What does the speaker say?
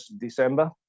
December